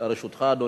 לרשותך, אדוני,